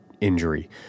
injury